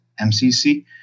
MCC